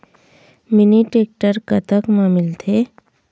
Mini tractor कतक म मिलथे?